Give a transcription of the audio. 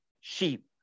sheep